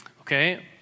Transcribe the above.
Okay